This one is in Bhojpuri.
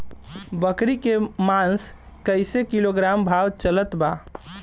बकरी के मांस कईसे किलोग्राम भाव चलत बा?